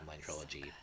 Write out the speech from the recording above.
trilogy